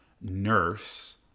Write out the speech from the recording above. nurse